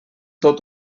tot